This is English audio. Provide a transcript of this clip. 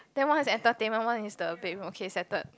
then one is entertainment one is the bedroom okay settled